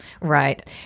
Right